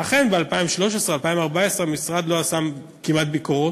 ואכן, ב-2013 2014 המשרד לא עשה כמעט ביקורות,